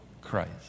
Christ